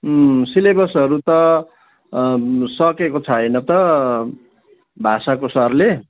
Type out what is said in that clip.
इम् सिलेबसहरू त सकेको छैन त भाषाको सरले